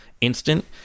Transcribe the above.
instant